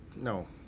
No